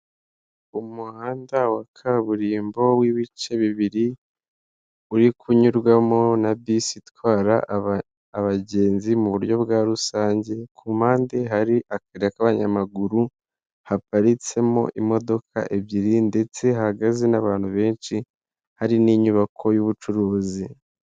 Umuhanda wa kaburimbo w'ibice bibiri, uri kunyurwamo na bisi itwara abagenzi mu buryo bwa rusange, ku mpande hari akayira k'abanyamaguru haparitse mo imodoka ebyiri ndetse hahagaze n'abantu benshi, hari n'inyubako y'ubucuruzi.